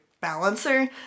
balancer